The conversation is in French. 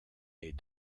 est